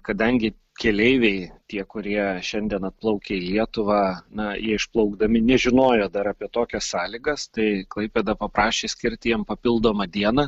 kadangi keleiviai tie kurie šiandien atplaukia į lietuvą na jie išplaukdami nežinojo dar apie tokias sąlygas tai klaipėda paprašė skirti jiem papildomą dieną